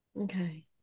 Okay